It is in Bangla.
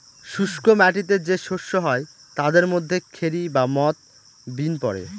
শুস্ক মাটিতে যে শস্য হয় তাদের মধ্যে খেরি বা মথ, বিন পড়ে